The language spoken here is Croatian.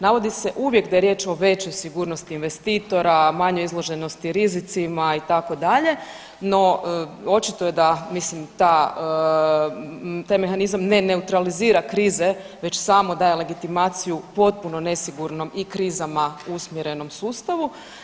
Navodi se uvijek da je riječ o većoj sigurnosti investitora, manjoj izloženosti rizicima, itd., no očito je da, mislim ta, taj mehanizam ne neutralizira krize već samo daje legitimaciju potpuno nesigurnom i krizama usmjerenom sustavu.